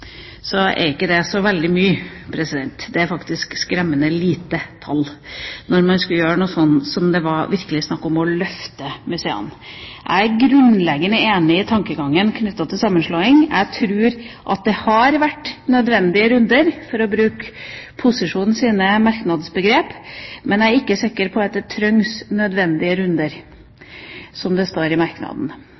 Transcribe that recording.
så veldig mye. Det er faktisk et skremmende lite tall når man skulle gjøre noe sånt som det virkelig var snakk om, nemlig å løfte museene. Jeg er grunnleggende enig i tankegangen knyttet til sammenslåing. Jeg tror at det har vært «nødvendige runder», for å bruke posisjonens merknadsbegrep, men jeg er ikke sikker på at det trengs «nødvendige runder», som det står i